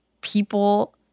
people